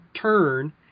turn